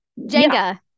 Jenga